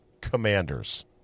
Commanders